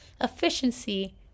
efficiency